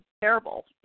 terrible